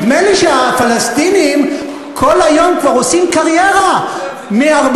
נדמה לי שהפלסטינים כל היום כבר עושים קריירה מ-48',